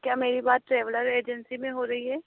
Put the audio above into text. क्या मेरी बात ट्रैवलर एजेंसी में हो रही है